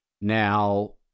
Now